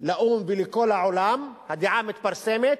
לאו"ם ולכל העולם, הדעה מתפרסמת.